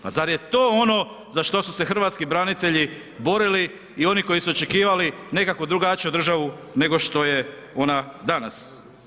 Pa zar je to ono za što su se hrvatsku branitelji borili i oni koji su očekivali nekakvu drugačiju državu nego što je ona danas?